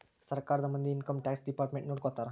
ಸರ್ಕಾರದ ಮಂದಿ income tax department ನೊಡ್ಕೋತರ